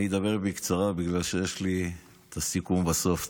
אני אדבר בקצרה, בגלל שיש לי את הסיכום בסוף.